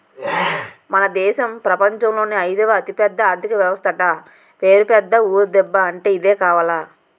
మన దేశం ప్రపంచంలోనే అయిదవ అతిపెద్ద ఆర్థిక వ్యవస్థట పేరు పెద్ద ఊరు దిబ్బ అంటే ఇదే కావాల